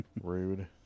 Rude